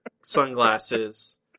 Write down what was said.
sunglasses